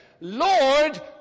Lord